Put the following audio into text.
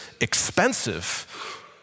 expensive